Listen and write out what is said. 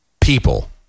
people